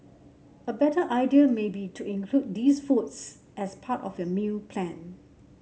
a better idea may be to include these foods as part of your meal plan